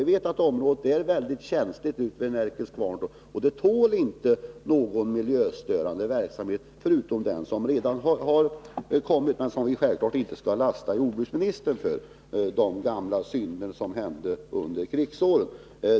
Vi vet att området vid Närkes Kvarntorp är mycket känsligt, och det tål inte någon miljöstörande verksamhet förutom den som redan finns där. Men vi skall självklart inte lasta jordbruksministern för de gamla synder som begicks under krigsåren.